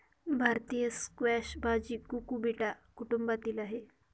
भारतीय स्क्वॅश भाजी कुकुबिटा कुटुंबातील आहे